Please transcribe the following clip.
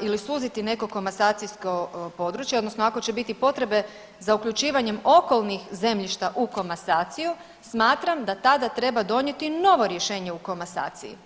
ili suziti neko komasacijsko područje odnosno ako će biti potrebe za uključivanjem okolnih zemljišta u komasaciju smatram da tada treba donijeti novo rješenje o komasaciji.